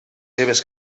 seves